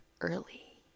early